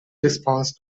response